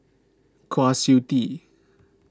Kwa Siew Tee